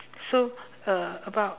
so uh about